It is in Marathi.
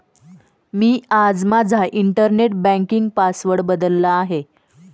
मी आज माझा इंटरनेट बँकिंग पासवर्ड बदलला आहे